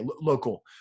Local